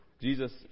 Jesus